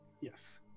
yes